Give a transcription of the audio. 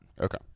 Okay